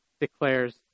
declares